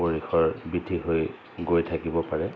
পৰিসৰ বৃদ্ধি হৈ গৈ থাকিব পাৰে